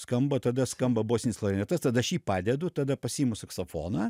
skamba tada skamba bosinis klarnetas tada aš jį padedu tada pasiimu saksofoną